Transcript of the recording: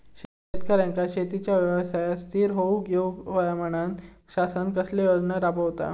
शेतकऱ्यांका शेतीच्या व्यवसायात स्थिर होवुक येऊक होया म्हणान शासन कसले योजना राबयता?